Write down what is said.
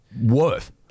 worth